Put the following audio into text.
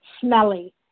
smelly